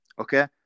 Okay